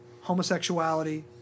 homosexuality